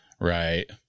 Right